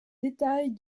détails